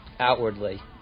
outwardly